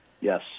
Yes